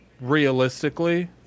realistically